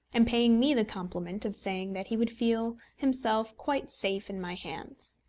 and paying me the compliment of saying that he would feel himself quite safe in my hands.